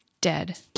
Dead